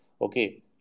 okay